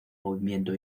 movimiento